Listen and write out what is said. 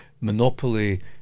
monopoly